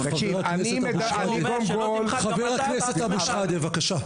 אני שואל אותך גם אתה --- תקשיב,